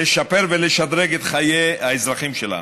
לשפר ולשדרג את חיי האזרחים שלנו.